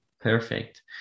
Perfect